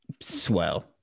Swell